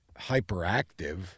hyperactive